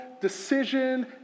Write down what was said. decision